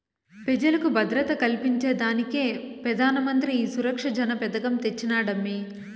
పెజలకు భద్రత కల్పించేదానికే పెదానమంత్రి ఈ సురక్ష జన పెదకం తెచ్చినాడమ్మీ